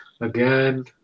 again